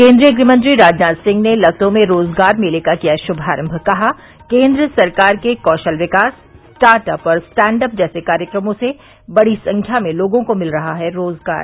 केन्द्रीय गृहमंत्री राजनाथ सिंह ने लखनऊ में रोजगार मेले का किया श्भारम्भ कहा केन्द्र सरकार के कौशल विकास स्टार्टअप और स्टैंडअप जैसे कार्यक्रमों से बड़ी संख्या में लोगों को मिल रहा है रोजगार